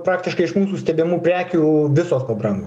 praktiškai iš mūsų stebimų prekių visos pabrango